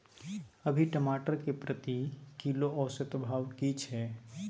अभी टमाटर के प्रति किलो औसत भाव की छै?